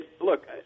look